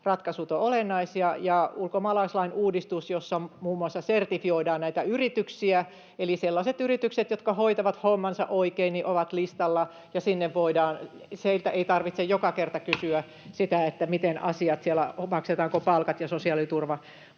ratkaisut, ja ulkomaalaislain uudistus, jossa muun muassa sertifioidaan näitä yrityksiä. Eli sellaiset yritykset, jotka hoitavat hommansa oikein, ovat listalla, ja heiltä ei tarvitse joka kerta kysyä sitä, miten asiat siellä ovat, maksetaanko palkat ja sosiaaliturvamaksut,